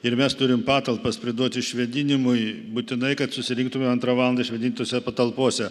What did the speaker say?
ir mes turim patalpas priduot išvėdinimui būtinai kad susirinktume antrą valandą išvėdintose patalpose